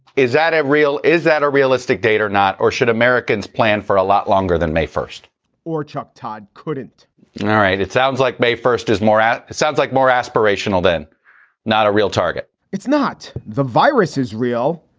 is that it real? is that a realistic date or not? or should americans plan for a lot longer than may first or chuck todd couldn't? all right. it sounds like may first is more. sounds like more aspirational than not a real target it's not. the virus is real.